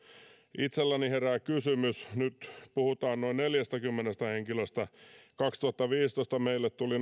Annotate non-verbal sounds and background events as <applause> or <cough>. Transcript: itselläni herää kysymys nyt puhutaan noin neljästäkymmenestä henkilöstä kaksituhattaviisitoista meille tuli <unintelligible>